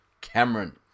Cameron